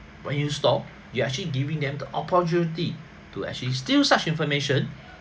when you store you actually giving them the opportunity to actually steal such information